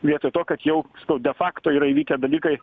vietoj to kad jau sakau de fakto yra įvykę dalykai